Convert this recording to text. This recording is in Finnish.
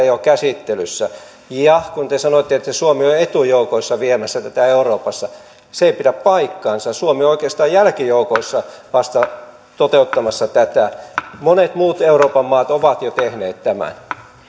jo siellä käsittelyssä ja kun te sanoitte että suomi on etujoukoissa viemässä tätä euroopassa se ei pidä paikkaansa suomi on oikeastaan jälkijoukoissa vasta toteuttamassa tätä monet muut euroopan maat ovat jo tehneet tämän